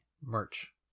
merch